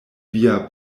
via